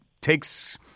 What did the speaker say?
takes